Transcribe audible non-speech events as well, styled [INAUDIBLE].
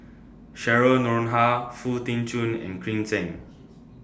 Cheryl Noronha Foo Tee Jun and Green Zeng [NOISE]